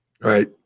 Right